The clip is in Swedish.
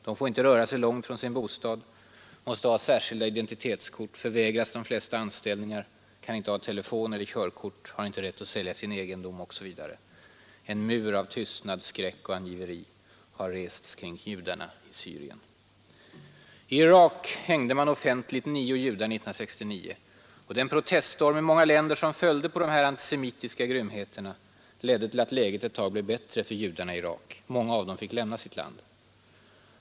De får inte röra sig långt från sin bostad, måste ha särskilda identitetskort, förvägras de flesta anställningar, kan inte ha telefon eller körkort, har inte rätt att sälja sin egendom, osv. En mur av tystnad, skräck och angiveri har rests kring judarna i Syrien. I Irak hängde man offentligt nio judar 1969. Den proteststorm i många länder som följde på dessa antisemitiska grymheter ledde till att läget ett tag blev bättre för judarna i Irak. Många av dem fick lämna sitt land.